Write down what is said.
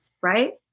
Right